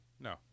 No